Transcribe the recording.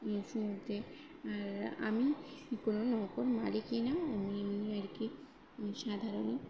সমুদ্রে আর আমি কোনো রকম